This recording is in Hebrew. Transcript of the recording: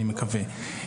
אני מקווה.